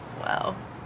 Wow